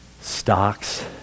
stocks